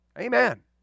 Amen